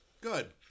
Good